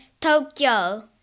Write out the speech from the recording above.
Tokyo